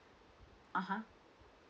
(uh huh)